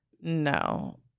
No